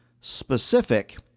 specific